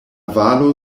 valo